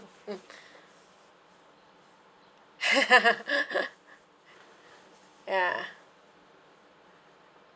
mm ya